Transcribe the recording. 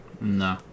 No